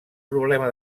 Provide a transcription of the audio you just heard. problema